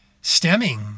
Stemming